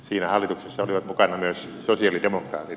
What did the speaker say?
siinä hallituksessa olivat mukana myös sosialidemokraatit